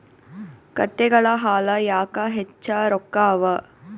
ಕತ್ತೆಗಳ ಹಾಲ ಯಾಕ ಹೆಚ್ಚ ರೊಕ್ಕ ಅವಾ?